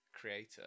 creator